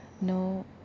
no